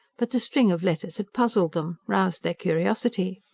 but the string of letters had puzzled them, roused their curiosity.